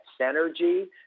synergy